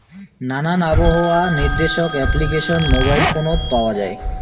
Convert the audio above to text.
নানান আবহাওয়া নির্দেশক অ্যাপ্লিকেশন মোবাইল ফোনত পাওয়া যায়